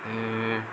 હં